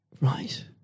Right